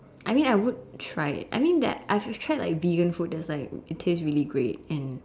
I mean I would try it I mean that I've tried like vegan food and like it taste really great and